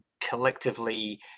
collectively